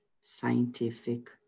scientific